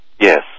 Yes